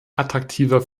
attraktiver